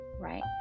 right